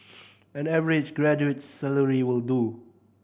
an average graduate's salary will do